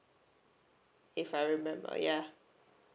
if I remember ya